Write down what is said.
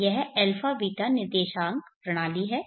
यह αβ निर्देशांक प्रणाली है